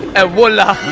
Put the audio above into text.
ah wallah!